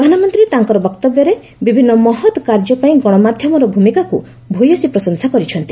ପ୍ରଧାନମନ୍ତ୍ରୀ ତାଙ୍କର ବକ୍ତବ୍ୟରେ ବିଭିନ୍ନ ମହତ କାର୍ଯ୍ୟ ପାଇଁ ଗଣମାଧ୍ୟମର ଭ୍ରମିକାକୁ ଭ୍ୟସୀ ପ୍ରଶଂସା କରିଛନ୍ତି